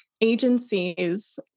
agencies